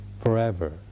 forever